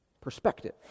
perspective